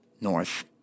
North